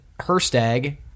Herstag